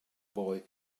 boy